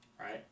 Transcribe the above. right